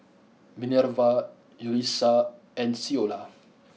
Minerva Yulissa and Ceola